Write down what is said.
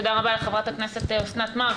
תודה רבה לחברת הכנסת אוסנת מארק.